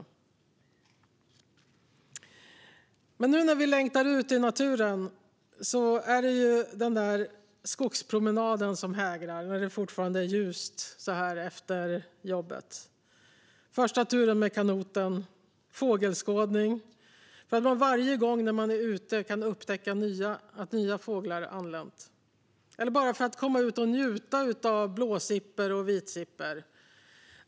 Nu när vi längtar ut i naturen är det den där skogspromenaden som hägrar, när det fortfarande är ljust så här efter jobbet. Det kan också handla om första turen med kanoten eller om fågelskådning, för att man varje gång man är ute kan upptäcka att nya fåglar anlänt. Det kan också handla om att bara komma ut och njuta av blåsippor och vitsippor.